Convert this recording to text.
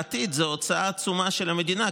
לעתיד זו הוצאה עצומה של המדינה,